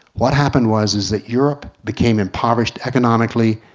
what happened was is that europe became impoverished economically,